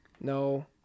No